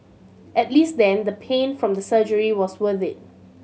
at least then the pain from the surgery was worth it